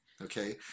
Okay